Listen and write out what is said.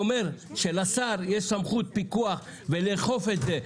שלשר יש סמכות פיקוח לאכוף את זה,